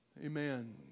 Amen